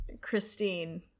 Christine